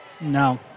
No